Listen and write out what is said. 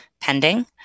pending